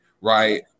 Right